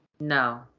No